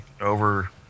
over